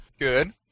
Good